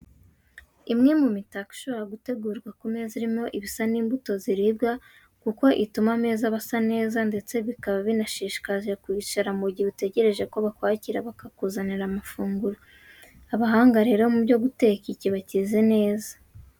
Imwe mu mitako ishobora gutegurwa ku meza irimo ibisa n'imbuto ziribwa kuko ituma ameza aba asa neza ndetse bikaba binashishikaje kuhicara mu gihe utegereje ko bakwakira bakakuzanira amafunguro. Abahanga rero mu byo guteka iki bakizi neza.